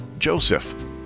Joseph